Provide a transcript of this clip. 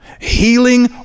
healing